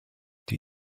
did